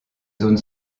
zone